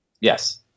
Yes